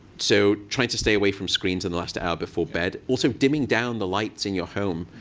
so trying to stay away from screens in the last hour before bed. also dimming down the lights in your home.